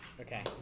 Okay